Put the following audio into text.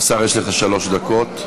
השר, יש לך שלוש דקות.